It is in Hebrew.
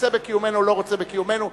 רוצה בקיומנו או לא רוצה בקיומנו,